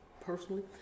personally